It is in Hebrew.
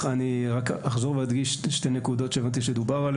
אני רק אחזור ואדגיש שתי נקודות שהבנתי שדובר עליהן,